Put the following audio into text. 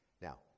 Now